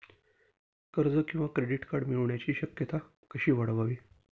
कर्ज किंवा credit card मिळण्याची शक्यता कशी वाढवावी?